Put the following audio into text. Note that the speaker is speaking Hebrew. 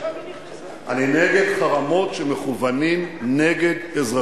(חברת הכנסת אורית זוארץ יוצאת מאולם